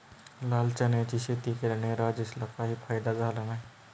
लाल चण्याची शेती केल्याने राजेशला काही फायदा झाला नाही